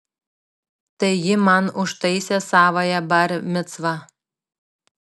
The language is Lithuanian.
tai ji man užtaisė savąją bar micvą